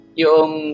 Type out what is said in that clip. yung